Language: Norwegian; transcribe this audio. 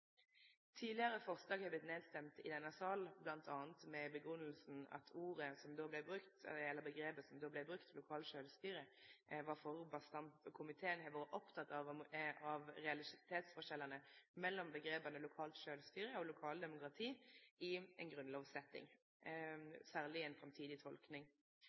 Tidlegare forslag har vorte nedstemde i denne salen, bl.a. med den grunngjevinga at omgrepet som då vart brukt, «lokalt sjølvstyre», var for bastant. Komiteen har vore oppteken av realitetsforskjellane mellom omgrepa «lokalt sjølvstyre» og «lokaldemokrati» i ei grunnlovssetting – særleg i ei framtidig tolking.